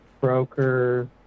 broker